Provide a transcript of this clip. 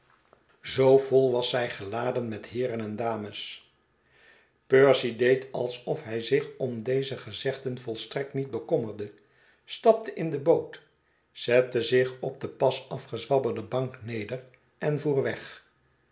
zoo vol was zij geladen met heeren en dames percy deed alsof hij zich om deze gezegden volstrekt niet bekommerde stapte in de boot zette zich op de pas afgezwabberde bank neder en voer weg